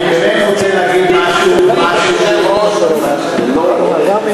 אני מציעה, תשמעי,